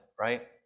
right